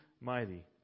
mighty